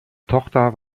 tochter